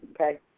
Okay